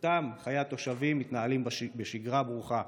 בזכותם חיי התושבים מתנהלים בשגרה ברוכה,